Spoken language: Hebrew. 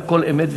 והכול אמת,